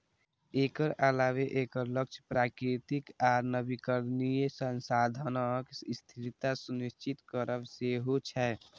एकर अलावे एकर लक्ष्य प्राकृतिक आ नवीकरणीय संसाधनक स्थिरता सुनिश्चित करब सेहो छै